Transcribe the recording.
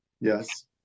Yes